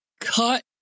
cut